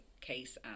case